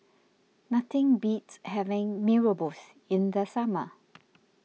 nothing beats having Mee Rebus in the summer